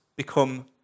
become